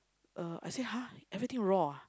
uh I say !huh! everything raw ah